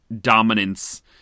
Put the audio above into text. dominance